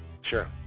Sure